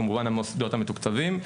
כמובן המוסדות המתוקצבים.